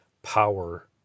power